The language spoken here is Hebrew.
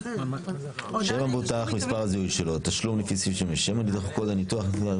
של המבוטח, מספר הזיהוי שלו, קוד הניתוח.